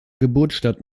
geburtsstadt